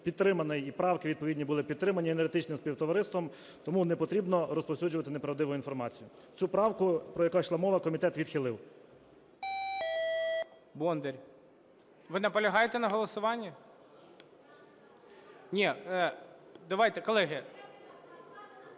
правки відповідні були підтримані Енергетичним співтовариством. Тому не потрібно розповсюджувати неправдиву інформацію. Цю правку, про яку йшла мова, комітет відхилив.